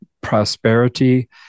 Prosperity